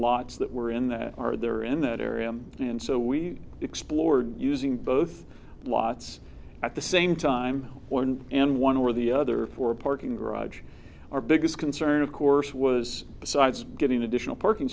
lots that were in that are there in that are and so we explored using both lots at the same time one and one or the other for parking garages our biggest concern of course was the sites getting additional parking